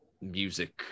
music